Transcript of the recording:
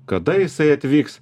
kada jisai atvyks